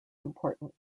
important